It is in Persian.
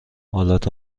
آلات